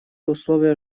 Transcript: условия